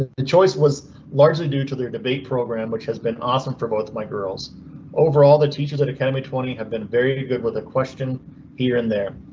ah the choice was largely due to their debate program, which has been awesome for both my girls over all the teachers at academy twenty have been very good with a question here and there.